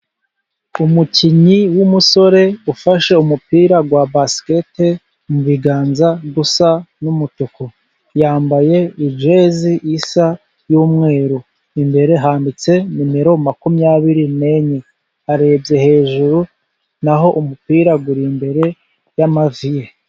Umukinnyi w'umusore ufashe umupira wa basikete mu biganza usa n'umutuku, yambaye ijezi isa n'umweru, imbere haditse numero makumyabiri n'enye, arebye hejuru naho umupira uri imbere y'amavi ye.